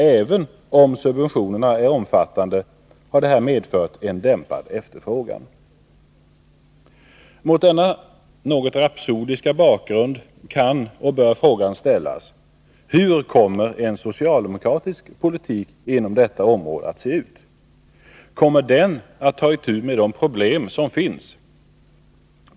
Även om subventionerna är omfattande har detta medfört en dämpad efterfrågan. Mot denna något rapsodiska bakgrund kan och bör frågan ställas: Hur kommer en socialdemokratisk politik inom detta område att se ut? Kommer den att ta itu med de problem som finns?